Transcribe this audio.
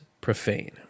profane